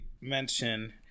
mention